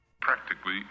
Practically